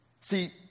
See